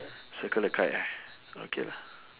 circle the kite eh okay lah